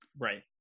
Right